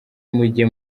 mujye